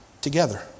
together